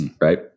right